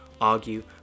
argue